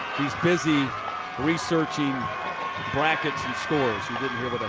he's busy researching brackets and scores. he didn't hear